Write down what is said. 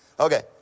Okay